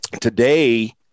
Today